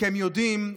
מכם יודעים,